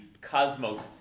cosmos